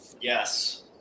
Yes